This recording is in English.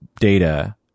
data